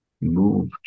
move